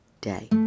day